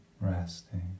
resting